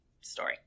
story